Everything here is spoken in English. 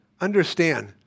understand